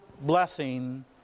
blessing